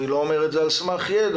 אני לא אומר את זה על סמך ידע,